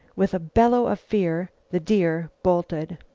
with a bellow of fear, the deer bolted.